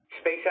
space